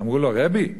אמרו לו: רבי,